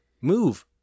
move